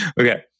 Okay